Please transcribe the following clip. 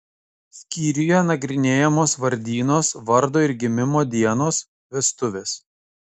skyriuje nagrinėjamos vardynos vardo ir gimimo dienos vestuvės